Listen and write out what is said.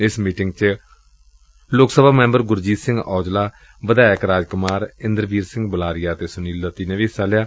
ਏਸ ਮੀਟਿੰਗ ਚ ਲੋਕ ਸਭਾ ਮੈਬਰ ਗੁਰਜੀਤ ਸਿੰਘ ਔਜਲਾ ਵਿਧਾਇਕ ਰਾਜ ਕੁਮਾਰ ਇੰਦਰਬੀਰ ਸਿੰਘ ਬੁਲਾਰੀਆ ਅਤੇ ਸੁਨੀਲ ਦੱਤੀ ਨੇ ਵੀ ਹਿੱਸਾ ਲਿਆ